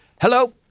Hello